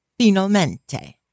finalmente